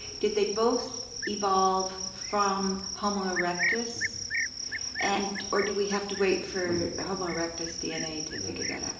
did they both evolve from homo erectus and or do we have to wait for homo erectus dna to figure that out?